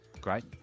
Great